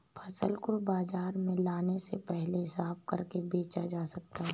फसल को बाजार में लाने से पहले साफ करके बेचा जा सकता है?